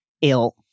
ill